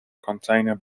container